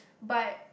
but